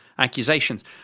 Accusations